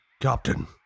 Captain